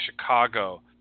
Chicago